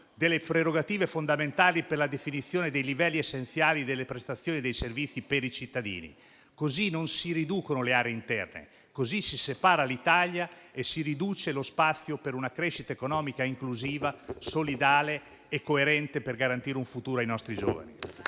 delle prerogative fondamentali per la definizione dei livelli essenziali delle prestazioni dei servizi per i cittadini. Così non si riducono le aree interne, così si separa l'Italia e si riduce lo spazio per una crescita economica inclusiva, solidale e coerente per garantire un futuro ai nostri giovani.